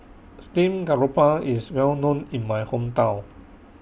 Steamed Garoupa IS Well known in My Hometown